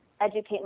educate